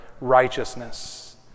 righteousness